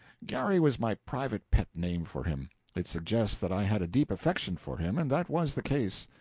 garry was my private pet name for him it suggests that i had a deep affection for him, and that was the case.